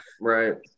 Right